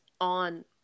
on